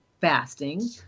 fasting